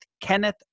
Kenneth